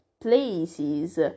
places